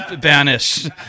Banish